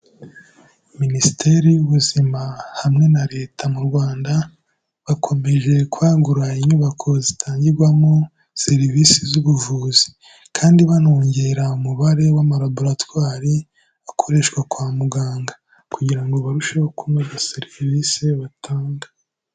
Minisiteri y'ubuzima hamwe na Leta mu Rwanda, bakomeje kwagura inyubako zitangirwamo serivisi z'ubuvuzi kandi banongera umubare w'amalaboratwari akoreshwa kwa muganga kugira ngo barusheho kunoza serivisi batanga.